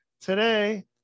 today